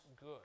good